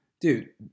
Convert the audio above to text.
Dude